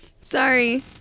Sorry